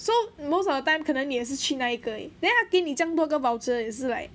so most of the time 可能你也是去那一个而已 then 他给你这样多个 voucher 也是 like